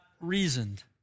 reasoned